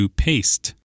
paste